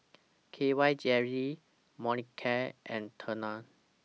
K Y Jelly Molicare and Tena